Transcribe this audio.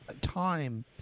time